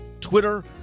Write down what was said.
Twitter